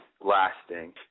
lasting